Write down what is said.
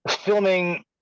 filming